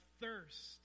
thirst